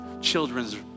children's